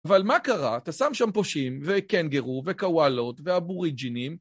אבל מה קרה? תשם שם פושgים, וקנגרו, וקוואלות, ואבוריג'ינים.